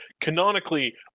Canonically